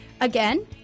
Again